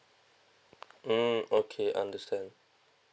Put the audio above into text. mm okay understand